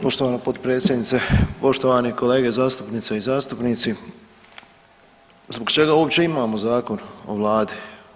Poštovana potpredsjednice, poštovani kolege zastupnice i zastupnici zbog čega uopće imamo Zakon o vladi?